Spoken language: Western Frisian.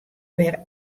wer